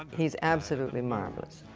he is absolutely marvelous,